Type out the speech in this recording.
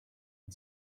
and